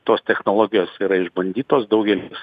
tos technologijos yra išbandytos daugelis